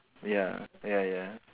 ya ya ya